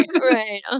right